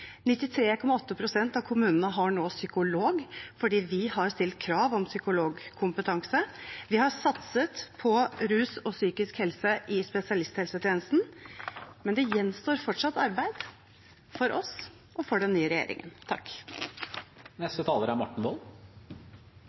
av kommunene har nå psykolog fordi vi har stilt krav om psykologkompetanse. Vi har satset på rus og psykisk helse i spesialisthelsetjenesten, men det gjenstår fortsatt arbeid – for oss og for den nye regjeringen.